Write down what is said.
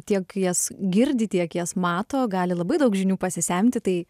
tiek jas girdi tiek jas mato gali labai daug žinių pasisemti tai